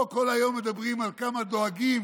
פה כל היום מדברים על כמה דואגים,